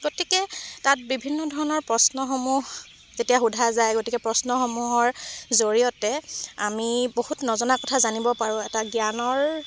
গতিকে তাত বিভিন্ন ধৰণৰ প্ৰশ্নসমূহ যেতিয়া সোধা যায় গতিকে প্ৰশ্নসমূহৰ জৰিয়তে আমি বহুত নজনা কথা জানিব পাৰোঁ এটা জ্ঞানৰ